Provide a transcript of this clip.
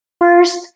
First